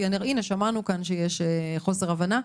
כי שמענו כאן שיש חוסר הבנה.